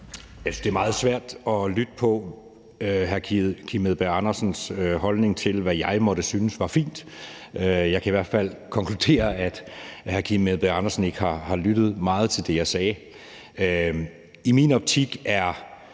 det er meget svært at lytte til hr. Kim Edberg Andersens holdning til, hvad jeg måtte synes var fint. Jeg kan i hvert fald konkludere, at hr. Kim Edberg Andersen ikke har lyttet meget til det, jeg sagde. I min optik er